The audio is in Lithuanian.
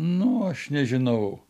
nu aš nežinau